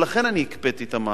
ולכן אני הקפאתי את המהלך.